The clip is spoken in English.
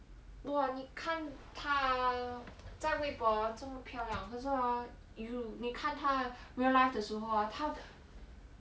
没有你看她在微博 orh 这么漂亮可是 orh !ee! 你看她 real life 的时候 orh 她